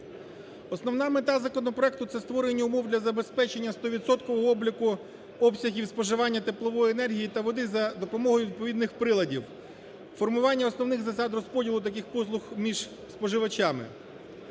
Основна мета законопроекту – це створення умов для забезпечення стовідсоткового обліку обсягів споживання теплової енергії та води за допомогою відповідних приладів, формування основних засад розподілу таких послуг між споживачами.